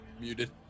Muted